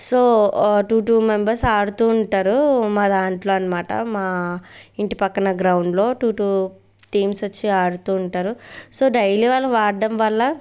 so two two members ఆడుతూ ఉంటారు మా దాంట్లో అన్నమాట మా ఇంటి పక్కన గ్రౌండ్లో టూ టూ టీమ్స్ వచ్చి ఆడుతూ ఉంటారు సో డైలీ వాళ్ళు ఆడడం వల్ల